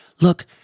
Look